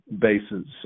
bases